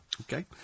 Okay